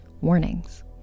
warnings